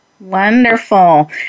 Wonderful